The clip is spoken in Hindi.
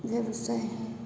व्यवसाय हैं